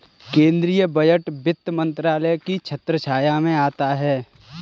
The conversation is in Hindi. केंद्रीय बजट वित्त मंत्रालय की छत्रछाया में आता है